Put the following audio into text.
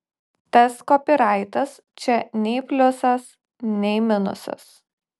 tas kopyraitas čia nei pliusas nei minusas